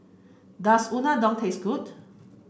does Unadon taste good